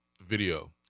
video